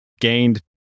gained